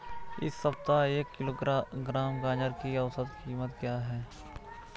इस सप्ताह एक किलोग्राम गाजर की औसत कीमत क्या है?